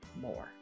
more